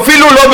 אפילו לא,